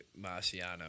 Marciano